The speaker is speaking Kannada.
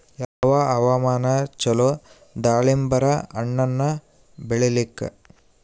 ಯಾವ ಹವಾಮಾನ ಚಲೋ ದಾಲಿಂಬರ ಹಣ್ಣನ್ನ ಬೆಳಿಲಿಕ?